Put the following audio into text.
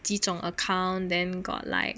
几种 account then got like